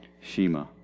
Shema